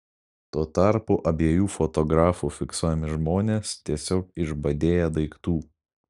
tuo tarpu abiejų fotografų fiksuojami žmonės tiesiog išbadėję daiktų